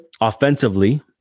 offensively